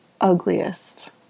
ugliest